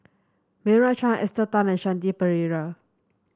Meira Chand Esther Tan and Shanti Pereira